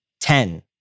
Ten